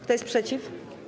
Kto jest przeciw?